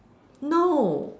no